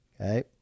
Okay